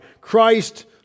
Christ